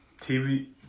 TV